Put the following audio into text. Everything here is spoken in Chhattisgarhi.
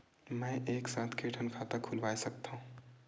मैं एक साथ के ठन जमा खाता खुलवाय सकथव?